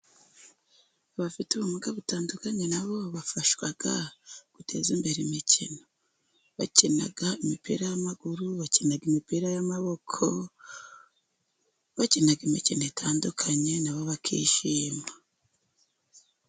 Abafite ubumuga butandukanye na bo bafashwa guteza imbere imikino bakina imipira y'amaguru, bakina imipira y'amaboko, bakina imikino itandukanye na bo bakishima.